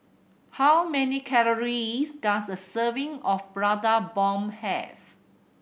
how many calories does a serving of Prata Bomb have